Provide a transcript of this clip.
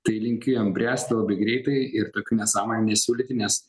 tai linkiu jam bręsti labai greitai ir tokių nesąmonių nesiūlyti nes